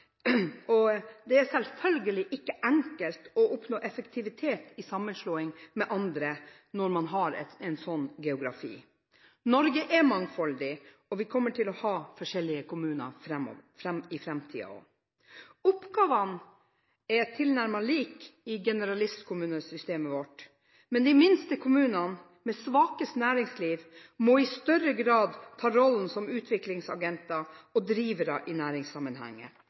Det er selvfølgelig ikke enkelt å oppnå effektivitet i sammenslåing med andre når man har en sånn geografi. Norge er mangfoldig, og vi kommer til å ha forskjellige kommuner i framtiden også. Oppgavene er tilnærmet like i generalistkommunesystemet vårt, men de minste kommunene, med svakest næringsliv, må i større grad ta rollen som utviklingsagenter og -drivere i